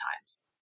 times